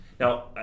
Now